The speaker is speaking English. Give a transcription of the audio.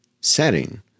setting